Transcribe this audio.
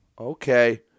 okay